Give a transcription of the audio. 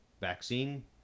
vaccine